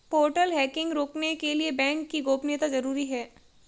portal hacking रोकने के लिए बैंक की गोपनीयता जरूरी हैं